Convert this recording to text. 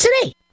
today